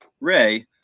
Ray